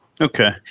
Okay